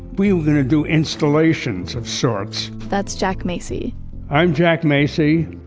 we were going to do installations of sorts that's jack masey i'm jack masey.